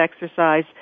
exercise